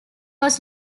was